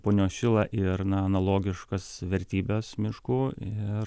punios šilą ir na analogiškas vertybes miškų ir